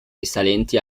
risalenti